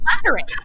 flattering